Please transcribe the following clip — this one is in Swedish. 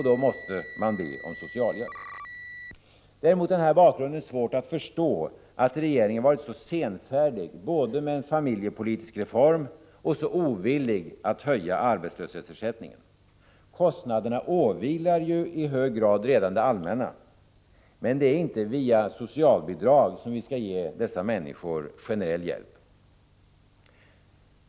Då måste de be om socialhjälp. Det är mot denna bakgrund svårt att förstå att regeringen varit så senfärdig med en familjepolitisk reform och så ovillig att höja arbetslöshetsersättningen. Kostnaderna åvilar ju redan i hög grad det allmänna. Men det är inte via socialbidrag vi skall ge dessa människor generell hjälp.